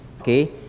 okay